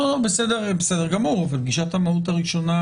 בסדר גמור, אבל פגישת המהות הראשונה